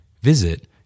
Visit